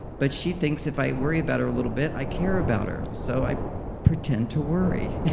but she thinks if i worry about her a little bit, i care about her. so i pretend to worry.